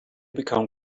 become